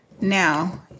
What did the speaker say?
now